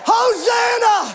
Hosanna